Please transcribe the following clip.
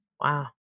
Wow